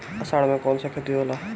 अषाढ़ मे कौन सा खेती होला?